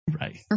Right